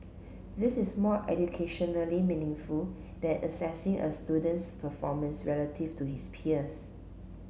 this is more educationally meaningful than assessing a student's performance relative to his peers